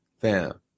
Fam